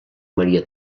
maria